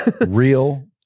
Real